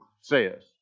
says